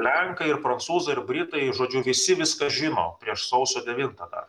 lenkai ir prancūzai ir britai žodžiu visi viską žino prieš sausio devintą dar